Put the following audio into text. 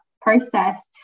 process